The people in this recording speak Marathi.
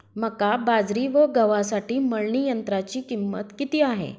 मका, बाजरी व गव्हासाठी मळणी यंत्राची किंमत किती आहे?